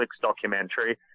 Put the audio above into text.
documentary